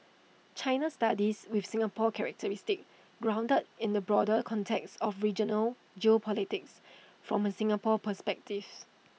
China studies with Singapore characteristics grounded in the broader context of regional geopolitics from A Singapore perspectives